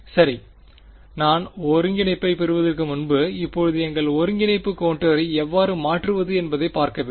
சரி நாம் ஒருங்கிணைப்பைப் பெறுவதற்கு முன்பு இப்போது எங்கள் ஒருங்கிணைப்பு கோண்டோரை எவ்வாறு மாற்றுவது என்பதைப் பார்க்க வேண்டும்